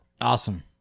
Awesome